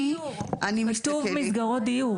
כתוב מסגרות דיור.